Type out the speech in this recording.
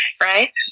Right